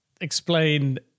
explain